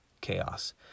chaos